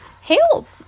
Help